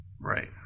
right